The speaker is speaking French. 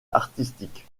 artistique